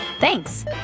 Thanks